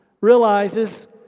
realizes